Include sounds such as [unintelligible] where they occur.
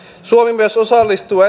suomi myös osallistuu [unintelligible]